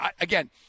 again